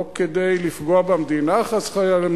לא כדי לפגוע במדינה חס וחלילה,